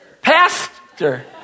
pastor